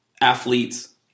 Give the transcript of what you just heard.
athletes